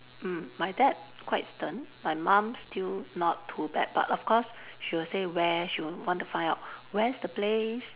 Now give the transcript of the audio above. mm my dad quite stern my mom still not too bad but of course she will say where she will want to find out where's the place